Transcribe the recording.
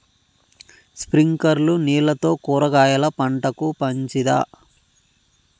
స్ప్రింక్లర్లు నీళ్లతో కూరగాయల పంటకు మంచిదా?